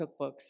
cookbooks